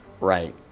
right